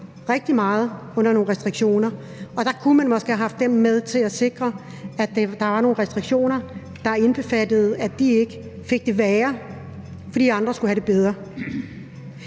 rigtig meget under nogle restriktioner, og dér kunne man måske have haft det med til at sikre, at der var nogle restriktioner, der indbefattede, at de ikke fik det værre, fordi andre skulle have det bedre.